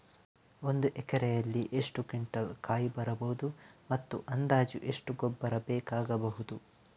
ಒಂದು ಎಕರೆಯಲ್ಲಿ ಎಷ್ಟು ಕ್ವಿಂಟಾಲ್ ಕಾಯಿ ಬರಬಹುದು ಮತ್ತು ಅಂದಾಜು ಎಷ್ಟು ಗೊಬ್ಬರ ಬೇಕಾಗಬಹುದು?